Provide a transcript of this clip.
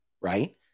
right